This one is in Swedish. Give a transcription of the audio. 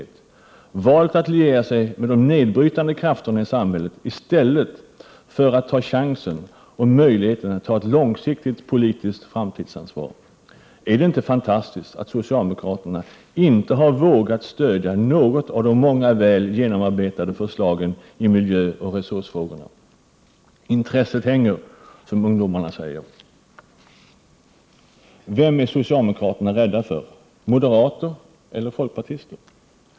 Det är märkligt att socialdemokraterna har valt att liera sig med de nedbrytande krafterna i samhället i stället för att ta chansen och möjligheten att ta ett långsiktigt politiskt framtidsansvar. Ärddet inte fantastiskt att socialdemokraterna inte har vågat att stöda något av de många väl genomarbetade förslagen i miljöoch resursfrågorna? Intresset hänger, som ungdomarna säger. Vem är socialdemokraterna rädda för — moderater eller folkpartister?